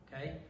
okay